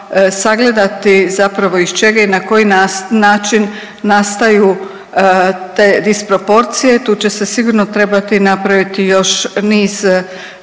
sagledati, zapravo iz čega i na koji način nastaju te disproporcije. Tu će se sigurno trebati napraviti još niz,